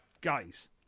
guys